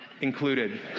included